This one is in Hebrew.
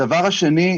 הדבר השני,